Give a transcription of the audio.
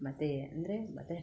ಮತ್ತೆ ಅಂದರೆ ಮತ್ತೆ